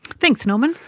thanks norman.